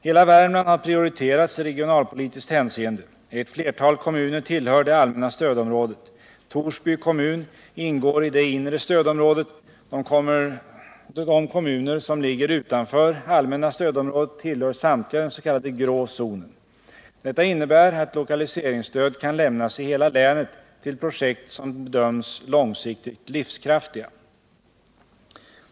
Hela Värmland har prioriterats i regionalpolitiskt hänseende. Ett flertal kommuner tillhör det allmänna stödområdet. Torsby kommun ingår i det inre stödområdet. De kommuner som ligger utanför allmänna stödområdet tillhör samtliga den ”grå zonen”. Detta innebär att lokaliseringsstöd kan lämnas i hela länet till projekt som bedöms långsiktigt livskraftiga.